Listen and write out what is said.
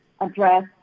address